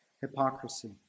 hypocrisy